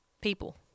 people